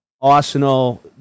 Arsenal